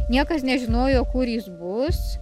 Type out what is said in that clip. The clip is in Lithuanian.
niekas nežinojo kur jis bus